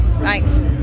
thanks